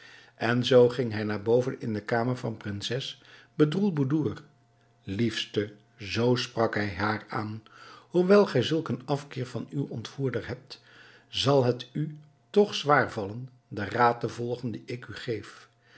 en zoo ging hij naar boven in de kamer van prinses bedroelboedoer liefste zoo sprak hij haar aan hoewel gij zulk een afkeer van uw ontvoerder hebt zal het u toch zwaar vallen den raad te volgen dien ik u